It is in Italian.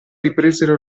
ripresero